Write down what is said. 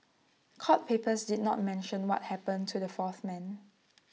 court papers did not mention what happened to the fourth man